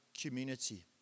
community